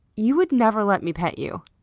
you would never let me pet you.